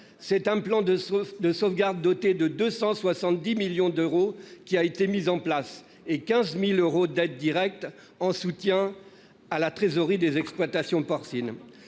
C'est un plan de sauf de sauvegarde doté de 270 millions d'euros qui a été mise en place et 15.000 euros d'aides directes en soutien à la trésorerie des exploitations porcines,